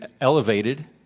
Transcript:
elevated